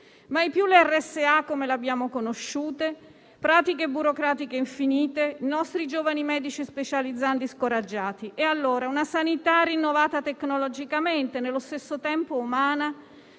Mai più le RSA come le abbiamo conosciute, pratiche burocratiche infinite e i nostri giovani medici specializzandi scoraggiati. Una sanità dunque rinnovata tecnologicamente e, nello stesso tempo, umana